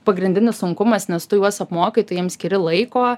pagrindinis sunkumas nes tu juos apmokai tu jiems skiri laiko